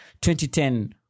2010